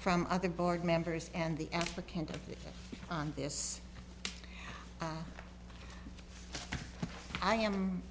from other board members and the applicant on this i am